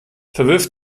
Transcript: verwirf